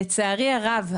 לצערי הרב,